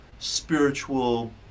spiritual